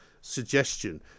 suggestion